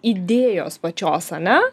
idėjos pačios ane